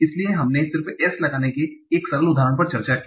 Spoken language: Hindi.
इसलिए हमने सिर्फ s लगाने के एक सरल उदाहरण पर चर्चा की